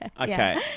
Okay